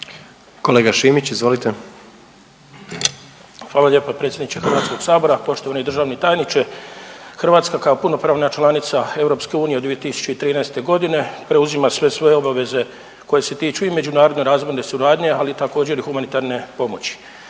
**Šimić, Hrvoje (HDZ)** Hvala lijepa predsjedniče Hrvatskog sabora. Poštovani državni tajniče, Hrvatska kao punopravna članica EU od 2013. godine preuzima sve svoje obveze koje se tiču i međunarodne razvojne suradnje, ali također i humanitarne pomoći.